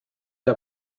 der